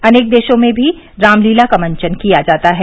अनेक देशों में भी रामलीला का मंचन किया जाता है